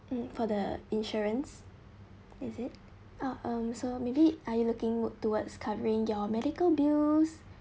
mm for the insurance is it ah um so maybe are you looking towards covering their medical bill